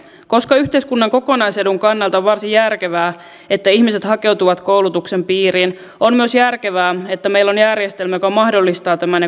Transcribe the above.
koska yhteiskunnan kokonaisedun kannalta on varsin järkevää että ihmiset hakeutuvat koulutuksen piiriin on myös järkevää että meillä on järjestelmä joka mahdollistaa tämän ja kannustaa siihen